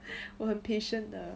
我很 patient 的